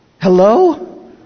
Hello